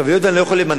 היות שאני לא יכול למנות